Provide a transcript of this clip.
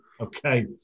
Okay